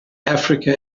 africa